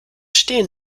stehen